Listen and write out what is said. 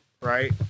right